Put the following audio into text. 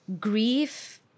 grief